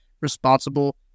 responsible